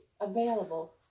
available